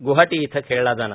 गवाहाटी इथं खेळला जाणार